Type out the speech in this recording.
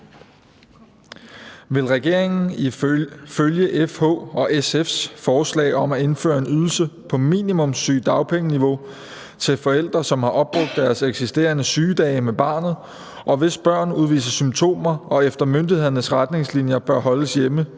Vil regeringen følge FH og SF’s forslag om at indføre en ydelse på minimum sygedagpengeniveau til forældre, som har opbrugt deres eksisterende sygedage med barnet, og hvis børn udviser symptomer og efter myndighedernes retningslinjer bør holdes hjemme,